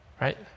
right